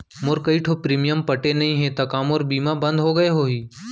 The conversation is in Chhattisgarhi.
मोर कई ठो प्रीमियम पटे नई हे ता का मोर बीमा बंद हो गए होही?